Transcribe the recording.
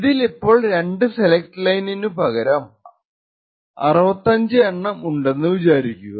ഇതിൽ ഇപ്പോൾ രണ്ടു സെലക്ട് ലൈനിനു പകരം 65 എണ്ണം ഉണ്ടെന്നു വിചാരിക്കുക